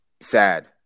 sad